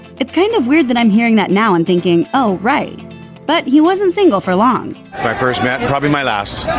it's kind of weird that i'm hearing that now and thinking, oh, right but he wasn't single for long. it's my first met and probably my last.